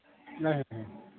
ڈاے ہتھٕنۍ